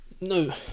no